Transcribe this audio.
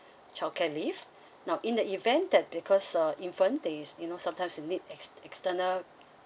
childcare leave now in the event that because uh infant they you know sometimes they need ex~ external